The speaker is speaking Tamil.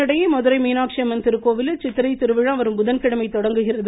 இதனிடையே மதுரை மீனாட்சி அம்மன் திருக்கோவிலில் சித்திரை திருவிழா வரும் புதன்கிழமை தொடங்குகிறது